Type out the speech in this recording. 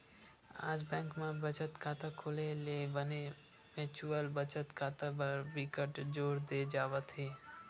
आज बेंक म बचत खाता खोले ले बने म्युचुअल बचत खाता बर बिकट जोर दे जावत हे